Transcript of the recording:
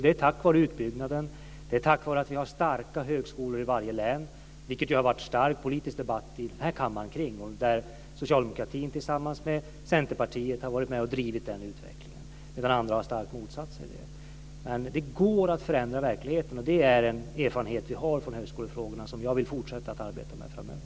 Det är tack vare utbyggnaden och tack vare att vi har starka högskolor i varje län. Det har det ju varit stark debatt kring i den här kammaren. Socialdemokraterna och Centerpartiet har varit med och drivit den utvecklingen, medan andra har motsatt sig den starkt. Det går att förändra verkligheten. Det är en erfarenhet vi har från högskolefrågorna som jag vill fortsätta att arbeta med framöver.